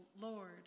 Lord